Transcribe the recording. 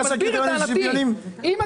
ראית את הקריטריונים?